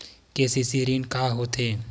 KCC ऋण का होथे?